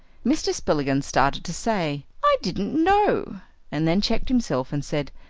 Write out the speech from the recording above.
mr. spillikins started to say, i didn't know and then checked himself and said,